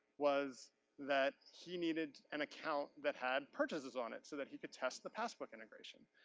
was that he needed an account that had purchases on it, so that he could test the passbook integration.